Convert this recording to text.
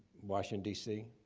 washington d c.